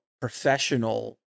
professional